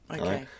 okay